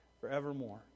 forevermore